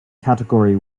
category